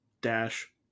dash